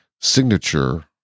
Signature